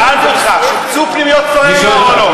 שאלתי אותך, שופצו פנימיות וכפרי-נוער או לא?